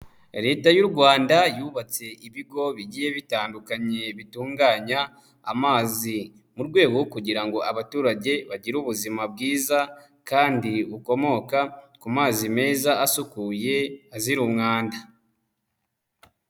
Leta y'u Rwanda yubatse ibigo bigiye bitandukanye bitunganya amazi, mu rwego kugira ngo abaturage bagire ubuzima bwiza kandi bukomoka ku mazi meza asukuye azira umwanda.